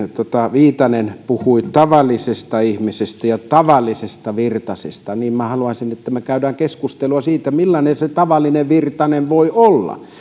viitanen puhui tavallisista ihmisistä ja tavallisista virtasista niin minä haluaisin että me käymme keskustelua siitä millainen se tavallinen virtanen voi olla